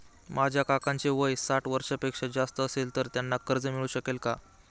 माझ्या काकांचे वय साठ वर्षांपेक्षा जास्त असेल तर त्यांना कर्ज मिळू शकेल का?